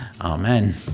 Amen